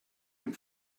dem